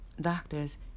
Doctors